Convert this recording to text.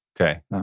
Okay